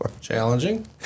Challenging